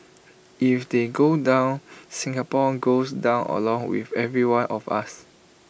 if they go down Singapore goes down along with every one of us